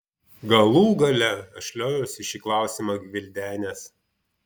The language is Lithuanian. galų gale aš lioviausi šį klausimą gvildenęs